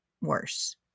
worse